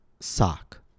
sock